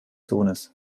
sohnes